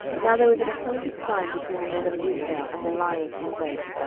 now there was an appointed sign between the men of israel and the liers in wait,